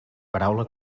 paraula